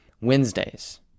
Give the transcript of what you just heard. Wednesdays